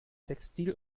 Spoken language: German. textil